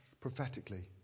prophetically